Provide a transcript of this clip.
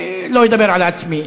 לא אדבר על עצמי.